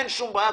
אין שום בעיה,